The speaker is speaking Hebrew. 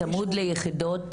צמוד ליחידות טיפוליות?